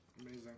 Amazing